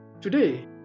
Today